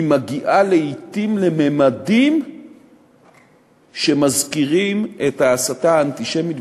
היא מגיעה לעתים לממדים שמזכירים את ההסתה האנטישמית,